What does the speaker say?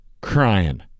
Crying